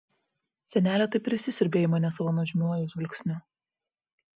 senelė taip ir įsisiurbė į mane savo nuožmiuoju žvilgsniu